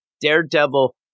Daredevil